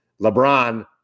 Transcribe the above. LeBron –